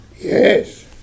Yes